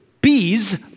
bees